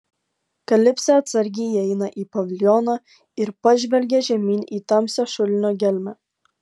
kalipsė atsargiai įeina į paviljoną ir pažvelgia žemyn į tamsią šulinio gelmę